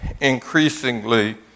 increasingly